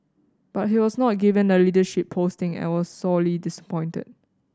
but he was not given a leadership posting and was sorely disappointed